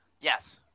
Yes